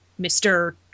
Mr